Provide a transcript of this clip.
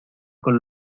con